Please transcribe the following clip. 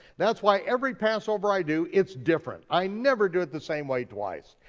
that's why every passover i do, it's different, i never do it the same way twice.